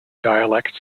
dialects